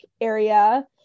area